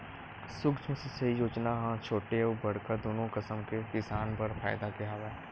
सुक्ष्म सिंचई योजना ह छोटे अउ बड़का दुनो कसम के किसान बर फायदा के हवय